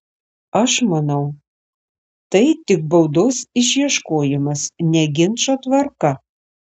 aš manau tai tik baudos išieškojimas ne ginčo tvarka